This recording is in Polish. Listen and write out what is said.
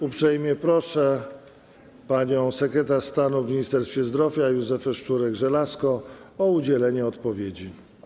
Uprzejmie proszę panią sekretarz stanu w Ministerstwie Zdrowia Józefę Szczurek-Żelazko o udzielenie odpowiedzi.